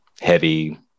heavy